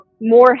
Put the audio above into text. more